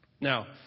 Now